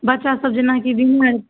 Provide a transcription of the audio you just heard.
बच्चासभ जेनाकि बीमार